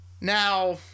Now